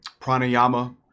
pranayama